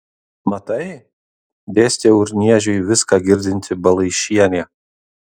matai dėstė urniežiui viską girdinti balaišienė